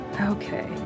Okay